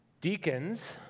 Deacons